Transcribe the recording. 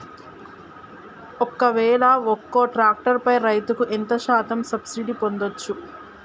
ఒక్కవేల ఒక్క ట్రాక్టర్ పై రైతులు ఎంత శాతం సబ్సిడీ పొందచ్చు?